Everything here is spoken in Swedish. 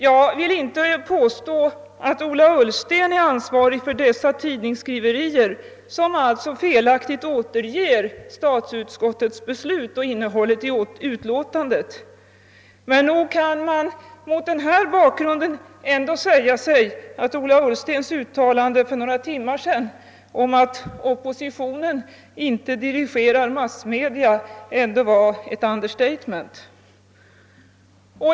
Jag vill inte påstå att Ola Ullsten är ansvarig för dessa tidningsskriverier, som = alltså felaktigt återger statsutskottets beslut och innehållet i utlåtandet. Men nog kan man mot den här bakgrunden ändå säga sig, att Ola Ullstens uttalande för några timmar sedan, att oppositionen inte dirigerar massmedia, ändå var ett understatement.